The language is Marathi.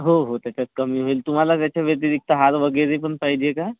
हो हो त्याच्यात कमी होईल तुम्हाला त्याच्याव्यतिरिक्त हार वगैरे पण पाहिजे का